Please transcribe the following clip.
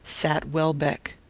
sat welbeck.